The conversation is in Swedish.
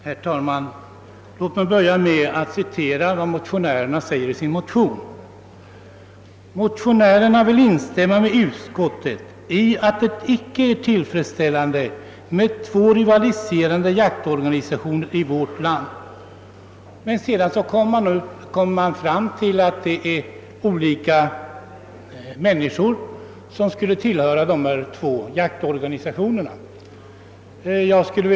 Herr talman! Låt mig börja med att citera något av vad motionärerna skriver i sin motion: »Motionärerna vill instämma med utskottet i att det icke är tillfredsställande med två rivaliserande jaktorganisationer i vårt land ———.» Men sedan skriver de att det är olika kategorier människor som tillhör de båda jaktorganisationerna.